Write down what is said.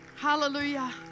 Hallelujah